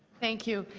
thank you.